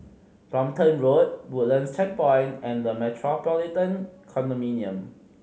Brompton Road Woodlands Checkpoint and The Metropolitan Condominium